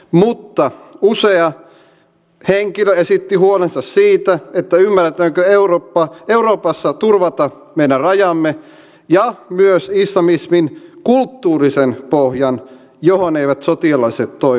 mutta usea henkilö esitti huolensa siitä ymmärretäänkö euroopassa turvata meidän rajamme ja myös islamismin kulttuurinen pohja johon eivät sotilaalliset toimet tehoa